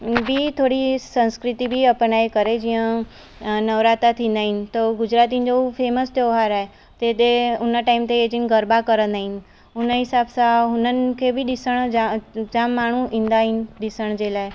ॿी थोरी संस्कृती बि अपनाए करे जीअं नवरात्रा थींदा आहिनि त ओ गुजरातियुनि जो उहे फेमस त्योहारु आहे तेदे उन टाइम ते इहे जिन गरबा कंदा आहिनि हुन हिसाब सां हुननि खे बि ॾिसण जा जाम माण्हू ईंदा आहिनि ॾिसण जे लाइ